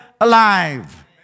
alive